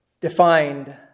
Defined